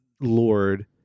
Lord